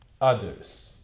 others